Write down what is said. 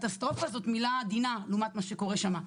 קטסטרופה זאת מילה עדינה לעומת מה שקורה שם.